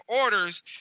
orders